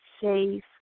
safe